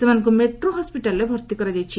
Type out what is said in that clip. ସେମାନଙ୍କୁ ମେଟ୍ରୋ ହସ୍କିଟାଲ୍ରେ ଭର୍ତ୍ତି କରାଯାଇଛି